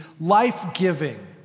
life-giving